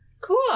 Cool